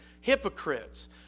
hypocrites